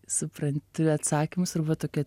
supranti atsakymus ir va tokia